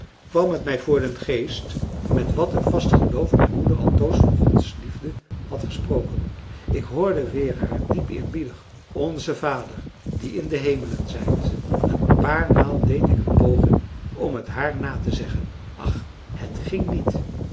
kwam het mij voor den geest met wat een vast geloof mijn moeder altoos van gods liefde had gesproken ik hoorde weer haar diep eerbiedig onze vader die in de hemelen zijt een paar maal deed ik een poging om het haar na te zeggen ach het ging niet